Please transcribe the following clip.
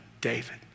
David